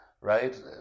right